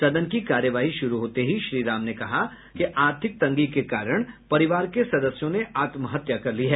सदन की कार्यवाही शुरू होते ही श्री राम ने कहा कि आर्थिक तंगी के कारण परिवार के सदस्यों ने आत्महत्या कर ली है